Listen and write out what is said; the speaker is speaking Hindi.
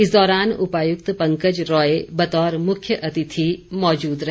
इस दौरान उपायुक्त पंकज राय बतौर मुख्य अतिथि मौजूद रहे